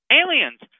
aliens